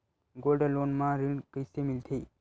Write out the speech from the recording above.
Gold loan म ऋण कइसे मिलथे?